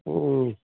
ꯎꯝ